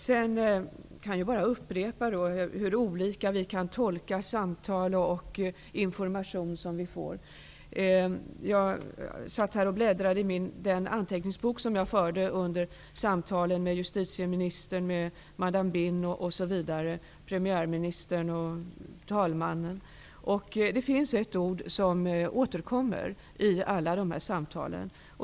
Sedan kan jag bara upprepa hur olika vi kan tolka samtal och information som vi får. Jag bläddrade i de anteckningar jag förde under samtalen med justitieministern, madam Binh, premiärministern, talmannen osv. Det finns några ord som återkommer i alla dessa samtal.